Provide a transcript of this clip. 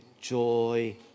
joy